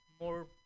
more